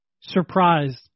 surprised